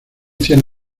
cien